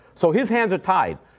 so, his hands are tied.